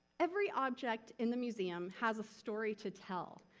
every object in the museum has a story to tell,